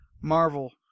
Marvel